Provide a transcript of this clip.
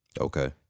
Okay